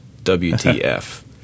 wtf